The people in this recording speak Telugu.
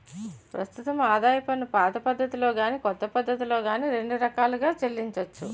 ప్రస్తుతం ఆదాయపు పన్నుపాత పద్ధతిలో గాని కొత్త పద్ధతిలో గాని రెండు రకాలుగా చెల్లించొచ్చు